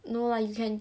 no lah you can